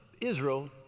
Israel